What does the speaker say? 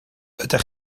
ydych